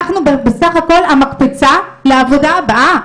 אנחנו בסך הכל מקפצה לעבודה הבאה.